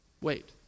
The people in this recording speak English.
Wait